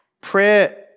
prayer